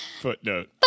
Footnote